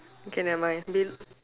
K never mind be